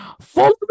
Follow